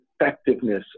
effectiveness